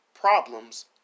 problems